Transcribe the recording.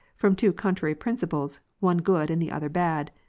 from two contrary principles, one good, and the other bad.